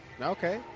okay